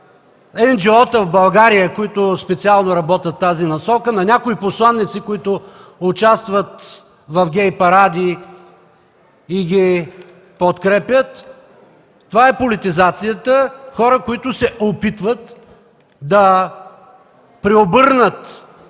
енджиота в България, които специално работят в тази насока, на някои посланици, които участват в гей паради и ги подкрепят. Това е политизацията – хора, които се опитват да преобърнат